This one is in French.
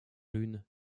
lune